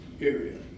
area